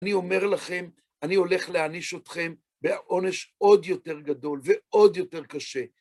אני אומר לכם, אני הולך להעניש אתכם בעונש עוד יותר גדול ועוד יותר קשה.